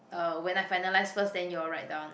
uh when I finalise first then you all write down